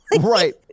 Right